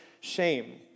shame